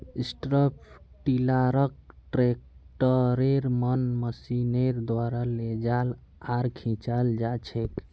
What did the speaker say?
strip टीलारक ट्रैक्टरेर मन मशीनेर द्वारा लेजाल आर खींचाल जाछेक